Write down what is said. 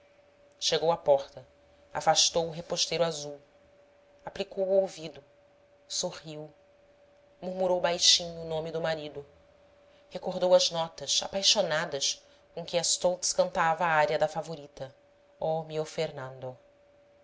chegou à porta afastou o reposteiro azul aplicou o ouvido sorriu murmurou baixinho o nome do marido recordou as notas apaixonadas com que a stolz cantava a ária da favorita oh mio fernando